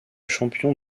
champion